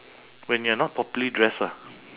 when you are not properly dressed ah